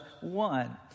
one